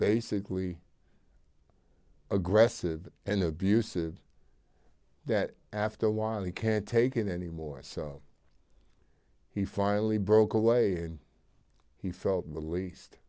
basically aggressive and abusive that after a while he can't take it anymore so he finally broke away and he felt the least